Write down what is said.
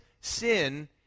sin